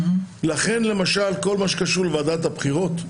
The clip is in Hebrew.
לכן למשל כל מה שקשור לוועדת הבחירות,